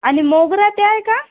आणि मोगरा ते आहे का